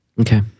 Okay